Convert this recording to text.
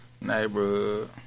neighborhood